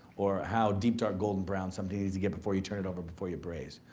or how deep, dark, golden brown something needs to get before you turn it over before you braise.